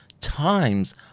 times